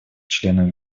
членов